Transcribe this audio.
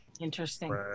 Interesting